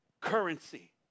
currency